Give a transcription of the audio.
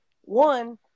One